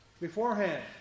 beforehand